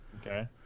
okay